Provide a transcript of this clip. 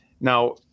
Now